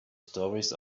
stories